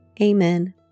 Amen